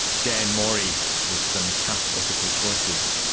dan mori with some tough ethical choices.